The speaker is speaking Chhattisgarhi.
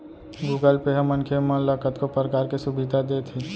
गुगल पे ह मनखे मन ल कतको परकार के सुभीता देत हे